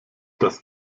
das